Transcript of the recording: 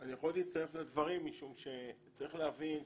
אני יכול להצטרף לדברים משום שצריך להבין,